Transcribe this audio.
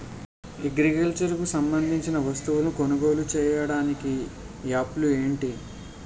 Agriculture కు సంబందించిన వస్తువులను కొనుగోలు చేయటానికి యాప్లు ఏంటి?